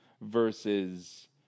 versus